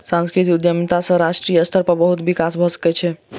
सांस्कृतिक उद्यमिता सॅ राष्ट्रीय स्तर पर बहुत विकास भ सकै छै